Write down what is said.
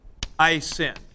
isin